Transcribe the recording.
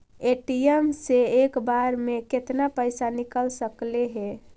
ATM से एक बार मे केतना पैसा निकल सकले हे?